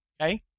Okay